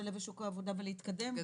להשתלב בשוק העבודה ולהתקדם גדל.